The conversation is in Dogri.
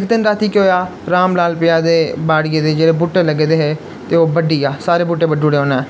इक दिन रातीं केह् होएआ राम लाल पेआ दे बाड़ियै दे जेह्ड़े बूह्टे लग्गे दे हे ते ओह् बड्ढी गेआ सारे बुह्टे बड्ढी ओड़े उन्नै